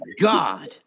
God